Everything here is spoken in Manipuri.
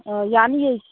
ꯑꯥ ꯌꯥꯅꯤꯌꯦ